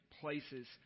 places